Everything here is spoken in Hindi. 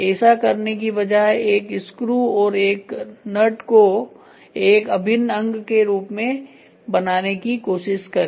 ऐसा करने की बजाय एक स्क्रु और एक नट को एक अभिन्न अंग के रूप में बनाने की कोशिश करें